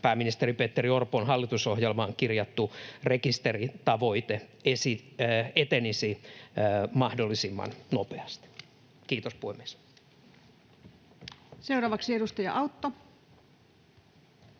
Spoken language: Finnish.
pääministeri Petteri Orpon hallitusohjelmaan kirjattu rekisteritavoite-esitys etenisi mahdollisimman nopeasti. — Kiitos, puhemies.